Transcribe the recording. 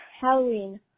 Halloween